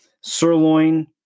sirloin